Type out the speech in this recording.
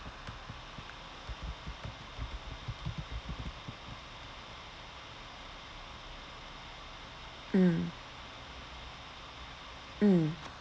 mm mm